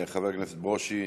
חבר הכנסת ברושי,